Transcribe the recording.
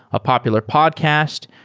a popular podcast,